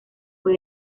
fue